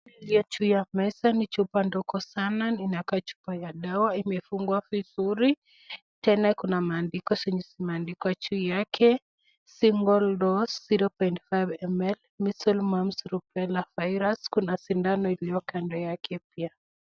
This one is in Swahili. Chupa iliyo juu ni chupa ndogo inakaa chupa ya dawa imefungwa vizuri tena kuna mandiko yenye imeandikwa juu yake simple dose 0.5 ml miscle mums rupella virus kuna sindano iliyokando yake pia.